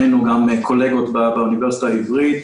שנינו קולגות באוניברסיטה העברית.